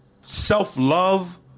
self-love